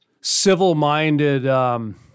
civil-minded